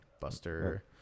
Buster